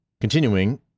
continuing